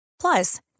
Plus